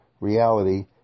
reality